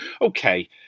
okay